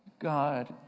God